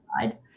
side